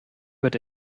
wird